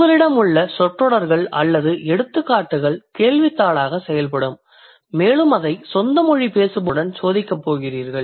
உங்களிடம் உள்ள சொற்றொடர்கள் அல்லது எடுத்துக்காட்டுகள் கேள்வித்தாளாக செயல்படும் மேலும் அதை சொந்தமொழி பேசுபவருடன் சோதிக்கப் போகிறீர்கள்